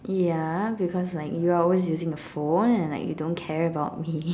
ya because like you're always using the phone and like you don't care about me